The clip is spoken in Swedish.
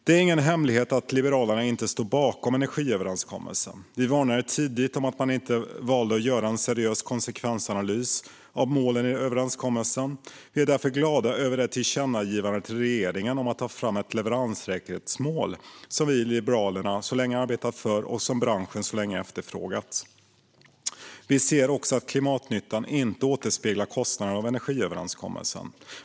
Det är ingen hemlighet att Liberalerna inte står bakom energiöverenskommelsen. Vi varnade tidigt för att man inte valde att göra en seriös konsekvensanalys av målen i överenskommelsen. Vi är därför glada över tillkännagivandet till regeringen om att ta fram ett leveranssäkerhetsmål, som vi i Liberalerna så länge arbetat för och som branschen så länge efterfrågat. Vi ser också att klimatnyttan inte återspeglar kostnaden för energiöverenskommelsen.